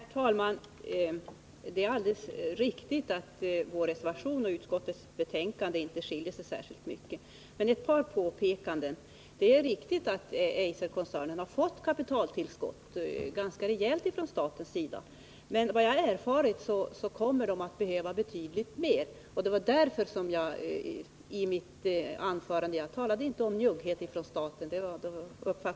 Herr talman! Det är alldeles riktigt att vår reservation och utskottets betänkande inte skiljer sig särskilt mycket, men jag vill göra ett par påpekanden. Det är riktigt att Eiserkoncernen har fått ganska rejäla kapitaltillskott av staten. Jag har emellertid erfarit att det kommer att behövas mer pengar. Sven Andersson uppfattade mig felaktigt, om han menar att jag talade om njugghet från statens sida.